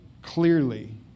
Clearly